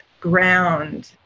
ground